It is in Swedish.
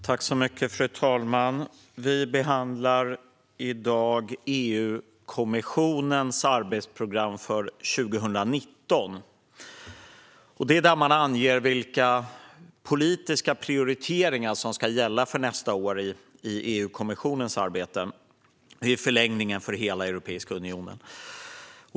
Fru talman! Vi behandlar nu EU-kommissionens arbetsprogram för 2019. Det är där man anger vilka politiska prioriteringar som ska gälla för nästa år i EU-kommissionens arbete och i förlängningen för hela Europeiska unionen.